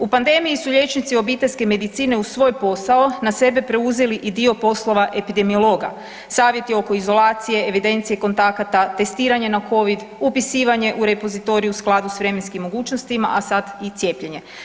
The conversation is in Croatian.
U pandemiji su liječnici obiteljske medicine uz svoj posao na sebe preuzeli i dio poslova epidemiologa, savjeti oko izolacije, evidencije kontakata, testiranje na covid, upisivanje u repozitorij u skladu s vremenskim mogućnostima, a sad i cijepljenje.